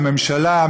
לממשלה,